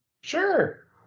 Sure